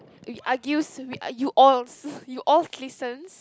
we argues we uh you alls you all listens